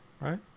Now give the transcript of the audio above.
right